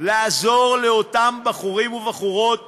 לעזור לאותם בחורים ובחורות